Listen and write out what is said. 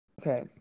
okay